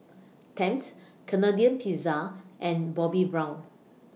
Tempt Canadian Pizza and Bobbi Brown